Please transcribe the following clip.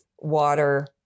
water